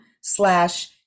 slash